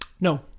No